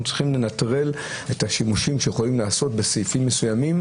אנחנו צריכים לנטרל את השימושים שיכולים לעשות בסעיפים מסוימים